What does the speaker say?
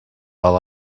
all